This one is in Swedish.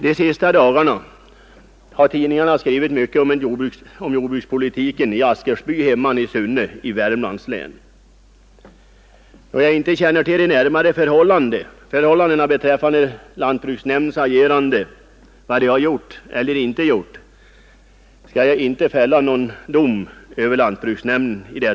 De senaste dagarna har tidningarna skrivit mycket om jordbrukspolitiken i Askersby hemman i Sunne socken i Värmlands län. Då jag inte känner till de närmare förhållandena beträffande lantbruksnämndens agerande i denna fråga, skall jag inte fälla någon dom över lantbruksnämnden.